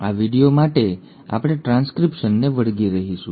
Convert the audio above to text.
આ વિડિઓ માટે અમે ટ્રાન્સક્રિપ્શનને વળગી રહીશું